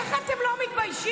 איך אתם לא מתביישים.